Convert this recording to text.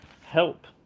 help